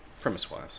premise-wise